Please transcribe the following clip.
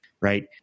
right